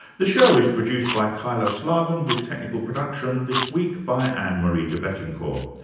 the show is produced by kyla slaven, with technical production this week by anne marie debettencor.